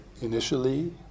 initially